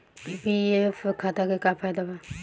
PPF खाता के का फायदा बा?